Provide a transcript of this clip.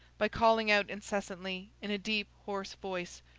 by calling out incessantly, in a deep hoarse voice,